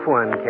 one